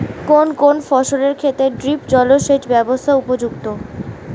কোন কোন ফসলের ক্ষেত্রে ড্রিপ জলসেচ ব্যবস্থা উপযুক্ত?